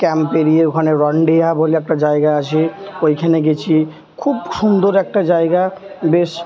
ক্যাম্পেরই ওখানে রন্ডিহা বলে একটা জায়গা আছে ওইখানে গেছি খুব সুন্দর একটা জায়গা বেশ